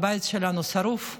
הבית שלנו שרוף,